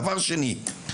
דבר שני,